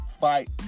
fight